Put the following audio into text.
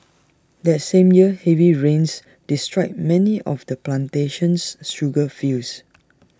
that same year heavy rains destroyed many of the plantation's sugar fields